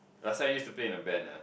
last time I used to play in a band la